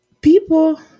people